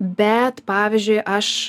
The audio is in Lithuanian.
bet pavyzdžiui aš